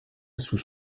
sous